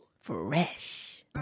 Fresh